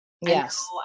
Yes